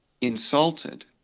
insulted